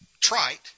trite